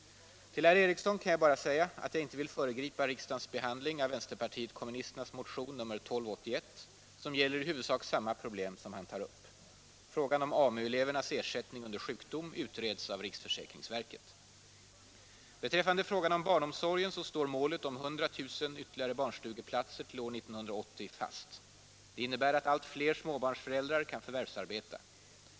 Till herr Eriksson kan jag bara säga att jag inte vill föregripa riksdagens behandling av vänsterpartiet kommunisternas motion nr 1281 som gäller i huvudsak samma problem som han tar upp. Frågan om AMU-elevernas ersättning under sjukdom utreds av riksförsäkringsverket. Beträffande frågan om barnomsorgen så står målet om 100 000 ytterligare barnstugeplatser till år 1980 fast. Det innebär att allt fler små barnsföräldrar kan förvärvsarbeta.